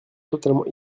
totalement